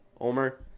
omer